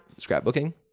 scrapbooking